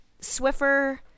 Swiffer